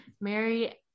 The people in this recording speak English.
Mary